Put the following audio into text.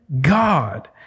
God